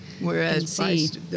Whereas